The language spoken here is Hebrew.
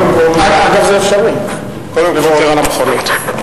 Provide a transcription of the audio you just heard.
קודם כול, אגב, זה אפשרי לוותר על המכונית.